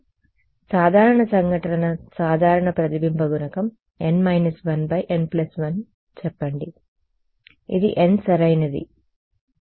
కాబట్టి సాధారణ సంఘటనల సాధారణ ప్రతిబింబ గుణకం n 1 చెప్పండి ఇది n సరైనదని